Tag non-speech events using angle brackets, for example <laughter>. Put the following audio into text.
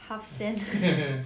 <laughs>